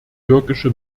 türkische